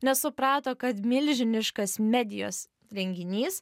nes suprato kad milžiniškas medijos renginys